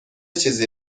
چیزی